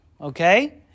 Okay